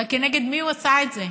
אבל נגד מי הוא עשה את זה?